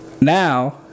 now